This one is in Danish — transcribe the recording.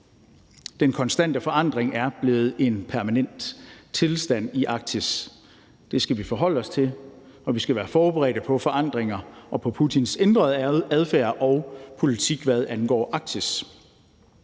Den konstante forandring er blevet en permanent tilstand i Arktis. Det skal vi forholde os til, og vi skal være forberedt på forandringer og på Putins ændrede adfærd og politik, hvad angår Arktis.